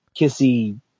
kissy